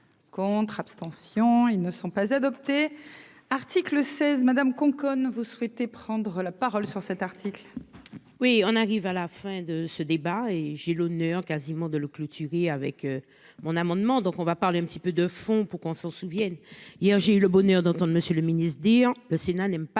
contre, abstention il ne. Sont pas adoptées article 16 madame Conconne vous souhaitez prendre la parole sur cet article. Oui, on arrive à la fin de ce débat et j'ai l'honneur quasiment de le clôturer avec mon amendement, donc on va parler un petit peu de fonds pour qu'on s'en souvienne, hier j'ai eu le bonheur d'de Monsieur le Ministre dire le Sénat n'aime pas